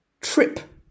Trip